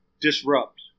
disrupt